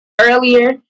earlier